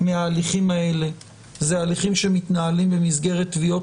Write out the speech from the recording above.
מההליכים האלה הם הליכים שמתנהלים במסגרת תביעות